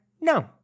No